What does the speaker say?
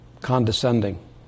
condescending